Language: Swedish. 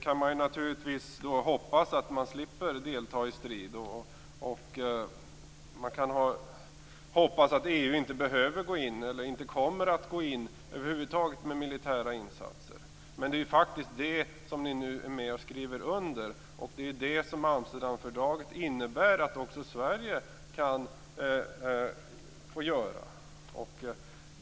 Man kan naturligtvis hoppas att man slipper delta i strid, och man kan hoppas att EU inte behöver gå in eller kommer att gå in över huvud taget med militära insatser. Men det är det som ni nu är med och skriver under, och det är det som Amsterdamfördraget innebär att också Sverige kan få göra.